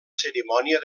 cerimònia